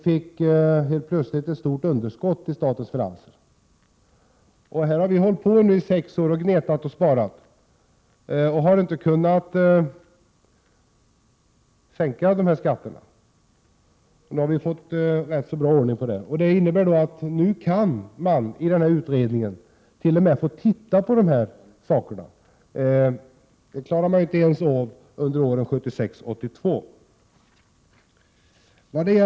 Det blev plötsligt ett stort underskott i statens finanser, och sedan har vi hållit på i sex år och gnetat och sparat och inte kunnat sänka punktskatterna. Nu har vi börjat få rätt bra ordning på finanserna, och det innebär att nu kan en utredning få titta på de sakerna. Inte ens det klarade man ju av under åren 1976-1982.